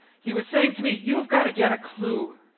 he was saying to me, you've got to get a clue.